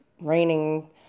raining